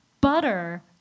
butter